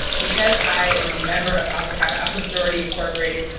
because i am a member of alpha kappa alpha sorority, incorporated,